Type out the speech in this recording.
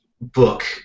book